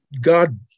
God